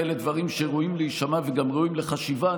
הרי אלה דברים שראויים להישמע וגם ראויים לחשיבה,